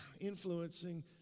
influencing